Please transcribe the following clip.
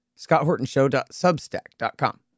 scotthortonshow.substack.com